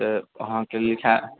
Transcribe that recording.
तऽ अहाँकेँ लिखए